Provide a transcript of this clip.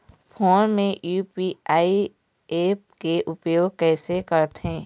Phone मे UPI app के उपयोग कइसे करथे?